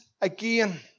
again